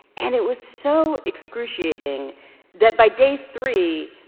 and it was so excruciating that by day three,